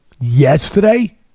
yesterday